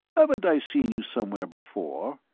haven't i seen you somewhere before?